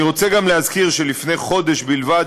אני רוצה גם להזכיר שלפני חודש בלבד